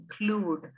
include